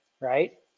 right